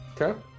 Okay